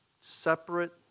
separate